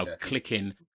clicking